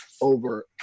over